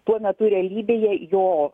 tuo metu realybėje jo